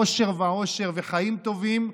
אושר ועושר וחיים טובים,